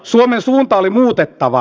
suomen suunta oli muutettava